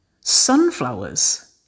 Sunflowers